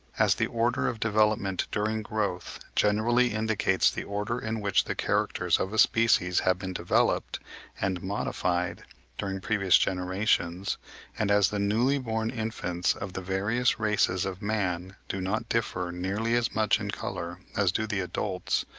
as the order of development during growth, generally indicates the order in which the characters of a species have been developed and modified during previous generations and as the newly-born infants of the various races of man do not differ nearly as much in colour as do the adults,